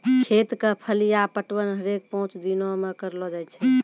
खेत क फलिया पटवन हरेक पांच दिनो म करलो जाय छै